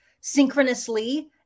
synchronously